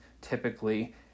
typically